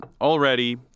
already